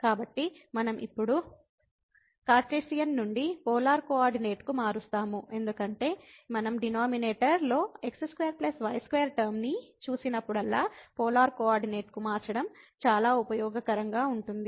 కాబట్టి మనం ఇప్పుడు కార్టేసియన్ నుండి పోలార్ కోఆర్డినేట్కు మారుస్తాము ఎందుకంటే మనం డినామినేటర్ లో x2 y2 టర్మ నీ చూసినప్పుడల్లా పోలార్ కోఆర్డినేట్కు మార్చడం చాలా ఉపయోగకరంగా ఉంటుంది